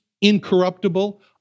incorruptible